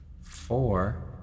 four